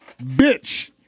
Bitch